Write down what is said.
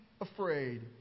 afraid